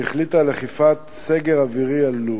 שהחליטה על אכיפת סגר אווירי על לוב.